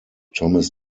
thomas